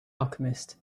alchemist